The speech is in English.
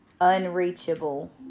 unreachable